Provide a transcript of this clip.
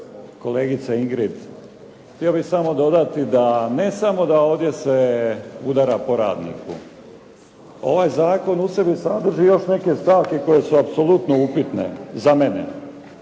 Kolegice Ingrid, htio bih samo dodati da ne samo da ovdje se udara po radniku, ovaj zakon u sebi sadrži još neke stavke koje su apsolutno upitne za mene.